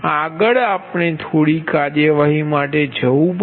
આગળ આપણે થોડી કાર્યવાહી માટે જવું પડશે